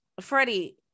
Freddie